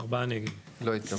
4 נמנעים, 0 ההסתייגות לא התקבלה.